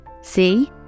See